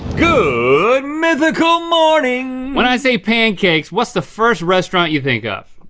good mythical morning. when i say pancakes, what's the first restaurant you think of?